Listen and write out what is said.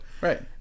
Right